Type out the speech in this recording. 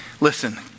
Listen